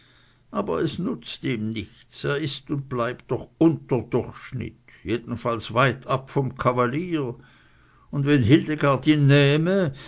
aber es nutzt ihm nichts er ist und bleibt doch unter durchschnitt jedenfalls weitab vom kavalier und wenn hildegard ihn nähme